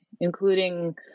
Including